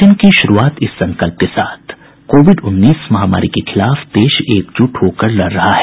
bulletin की शुरूआत इस संकल्प के साथ कोविड उन्नीस महामारी के खिलाफ देश एकजुट होकर लड़ रहा है